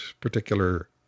particular